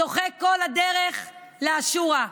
צוחק כל הדרך לאל-שורא,